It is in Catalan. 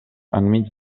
enmig